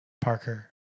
Parker